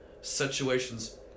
situations